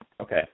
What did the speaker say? Okay